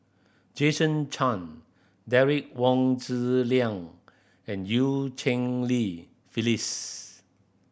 Jason Chan Derek Wong Zi Liang and Eu Cheng Li Phyllis